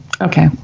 okay